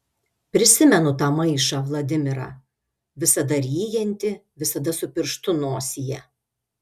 prisimenu tą maišą vladimirą visada ryjantį visada su pirštu nosyje